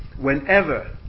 whenever